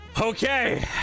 okay